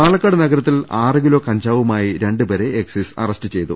പാലക്കാട് നഗരത്തിൽ ആറു കിലോ കഞ്ചാവുമായി രണ്ടു പേരെ എക്സൈസ് അറസ്റ്റ് ചെയ്തു